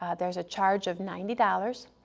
there's a charge of ninety dollars,